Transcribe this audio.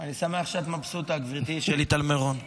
אני שמח שאת מרוצה, גברתי שלי טל מירון.